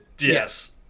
yes